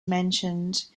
mentioned